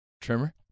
trimmer